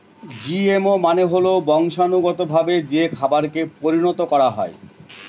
GMO মানে হল বংশানুগতভাবে যে খাবারকে পরিণত করা হয়